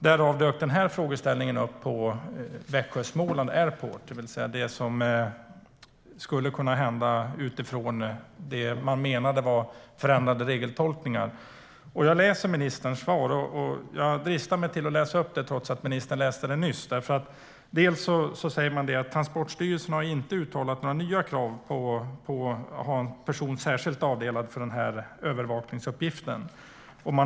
Den frågeställning som interpellationen gäller dök upp på Växjö Småland Airport med anledning av det som skulle kunna hända på grund av det man menade var förändrade regeltolkningar. Jag dristar mig till att läsa upp en del av ministerns interpellationssvar. Hon sa att "det från Transportstyrelsens sida inte uttalats några krav på att det ska vara en person särskilt avdelad endast för övervakningsuppgiften.